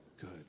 good